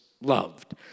loved